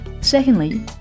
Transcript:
Secondly